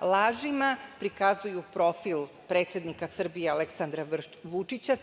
lažima, prikazuju profil predsednika Srbije Aleksandra Vučića